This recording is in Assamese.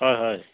হয় হয়